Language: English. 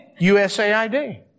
USAID